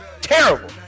terrible